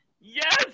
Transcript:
Yes